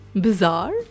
Bizarre